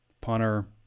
punter